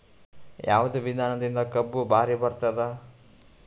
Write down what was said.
ಯಾವದ ವಿಧಾನದಿಂದ ಕಬ್ಬು ಭಾರಿ ಬರತ್ತಾದ?